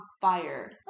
fire